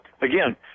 again